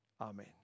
Amen